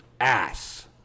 ass